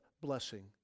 blessing